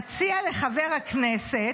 אציע לחבר הכנסת,